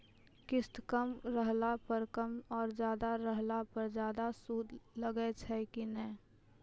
किस्त कम रहला पर कम और ज्यादा रहला पर ज्यादा सूद लागै छै कि नैय?